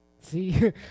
See